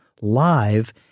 live